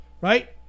right